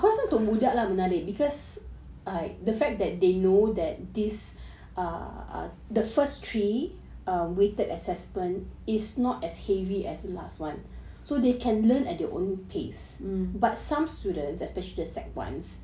mm